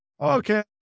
okay